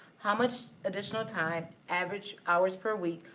how much additional time, average hours per week,